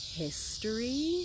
history